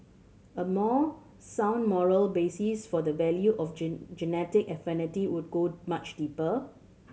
a more sound moral basis for the value of genetic affinity would go much deeper